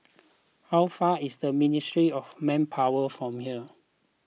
how far away is Ministry of Manpower from here